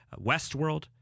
Westworld